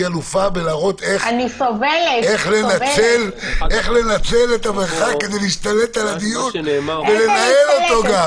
היא אלופה להראות איך לנצל את המרחק כדי להשתלט על הדיון ולנהל אותו גם.